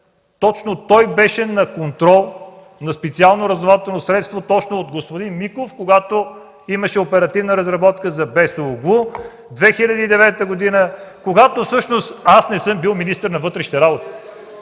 точно той беше на контрол на специално разузнавателно средство от господин Миков, когато имаше оперативна разработка за Бесооглу – 2009 г., когато всъщност аз не съм бил министър на вътрешните работи.